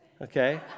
Okay